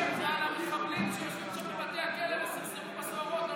על המחבלים שיושבים בבתי הכלא וסרסרו בסוהרות?